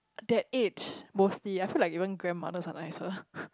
that age mostly I feel like even grandmothers are nicer